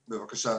בבקשה.